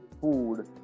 food